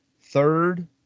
third